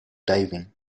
diving